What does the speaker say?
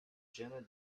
jena